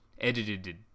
edited